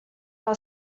are